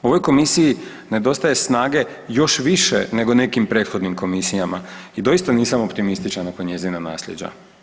U ovoj Komisiji nedostaje snage još više nego nekim prethodnim komisijama i doista nisam optimističan oko njezina naslijeđa.